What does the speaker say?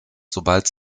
sobald